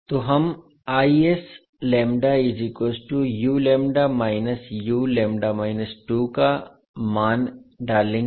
तो हम का मान डालेंगे